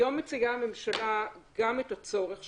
היום מציגה הממשלה גם את הצורך שקיים,